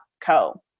Co